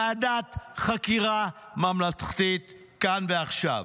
ועדת חקירה ממלכתית כאן ועכשיו.